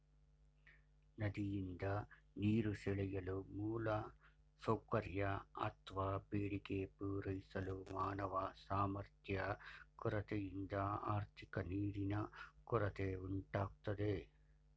ನದಿಯಿಂದ ನೀರು ಸೆಳೆಯಲು ಮೂಲಸೌಕರ್ಯ ಅತ್ವ ಬೇಡಿಕೆ ಪೂರೈಸಲು ಮಾನವ ಸಾಮರ್ಥ್ಯ ಕೊರತೆಯಿಂದ ಆರ್ಥಿಕ ನೀರಿನ ಕೊರತೆ ಉಂಟಾಗ್ತದೆ